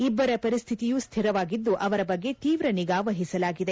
ಇಬ್ಬರ ಪರಿಸ್ಕಿತಿಯೂ ಸ್ಥಿರವಾಗಿದ್ದು ಅವರ ಬಗ್ಗೆ ತೀವ್ರ ನಿಗಾ ವಹಿಸಲಾಗಿದೆ